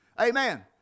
Amen